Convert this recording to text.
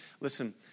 Listen